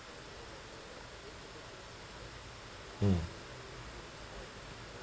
hmm